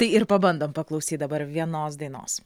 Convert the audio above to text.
tai ir pabandom paklausyt dabar vienos dainos